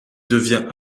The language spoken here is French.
devient